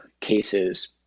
cases